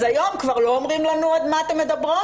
אז היום כבר לא אומרים לנו עוד: מה אתן מדברות?